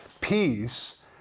Peace